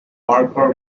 parker